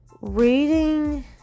Reading